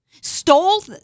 stole